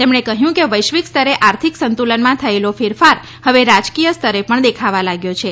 તેમણે કહ્યુ કે વેશ્વિક સ્તરે આર્થિક સંતુલનમાં થયેલો ફેરફાર હવે રાજકીય સ્તરે પણ દેખાવા લાગ્યો છે